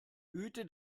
hüte